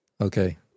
Okay